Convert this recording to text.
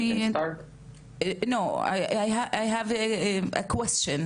אני אעדכן אתכם בנוגע למצב הנוכחי באוקראינה.